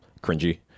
cringy